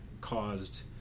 caused